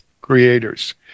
creators